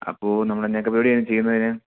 അപ്പോൾ നമ്മൾ എന്നായൊക്കെ പരിപാടിയാണ് ചെയ്യുന്നത് അതിന്